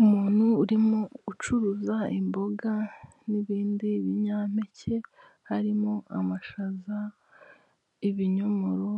Umuntu urimo gucuruza imboga n'ibindi binyampeke, harimo amashaza ibinyomoro,